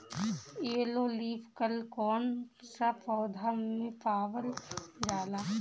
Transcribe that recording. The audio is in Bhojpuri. येलो लीफ कल कौन सा पौधा में पावल जाला?